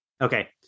Okay